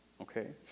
Okay